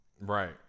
right